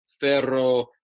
Ferro